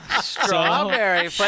Strawberry